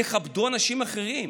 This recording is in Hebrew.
תכבדו אנשים אחרים.